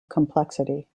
complexity